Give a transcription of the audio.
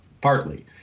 partly